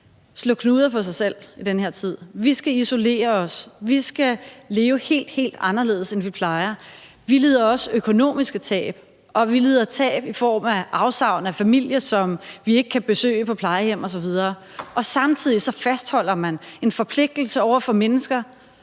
slå knuder på sig selv i den her tid? Vi skal isolere os; vi skal leve helt, helt anderledes, end vi plejer. Vi lider også økonomiske tab, og vi lider tab i form af afsavn af familie, som vi ikke kan besøge på plejehjem, osv. Og samtidig fastholder man en forpligtelse over for mennesker,